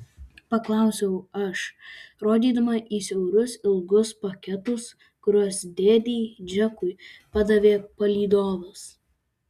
paklausiau aš rodydama į siaurus ilgus paketus kuriuos dėdei džekui padavė palydovas